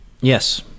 Yes